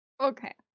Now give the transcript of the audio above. Okay